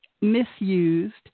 misused